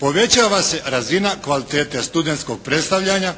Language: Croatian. Povećava se razina kvalitete studentskog predstavljanja.